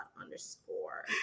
underscore